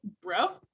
Bro